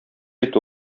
бит